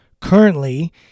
Currently